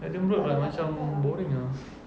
adam road like macam boring ah